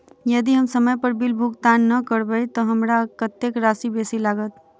यदि हम समय पर बिल भुगतान नै करबै तऽ हमरा कत्तेक राशि बेसी लागत?